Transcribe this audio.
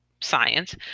science